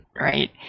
right